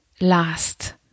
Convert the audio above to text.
last